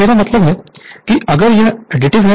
मेरा मतलब है कि अगर यह एडिटिव है